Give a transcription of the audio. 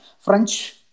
French